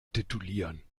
titulieren